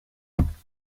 portugal